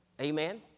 Amen